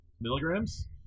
milligrams